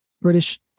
British